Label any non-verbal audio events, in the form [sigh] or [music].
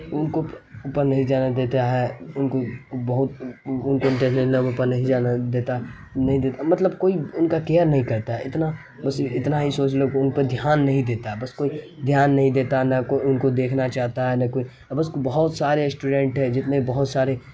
ان کو اوپر نہیں جانے دیتا ہے ان کو بہت ان کو [unintelligible] اوپر نہیں جانے دیتا نہیں مطلب کوئی ان کا کیئر نہیں کرتا ہے اتنا بس اتنا ہی سوچ لو کہ ان پہ دھیان نہیں دیتا ہے بس کوئی دھیان نہیں دیتا نہ کوئی ان کو دیکھنا چاہتا ہے نہ کوئی اور بس بہت سارے اسٹوڈنٹ ہیں جتنے بہت سارے